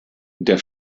der